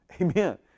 Amen